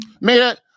Man